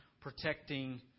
protecting